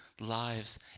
lives